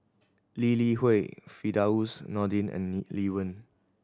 Lee Li Hui Firdaus Nordin and Lee Wen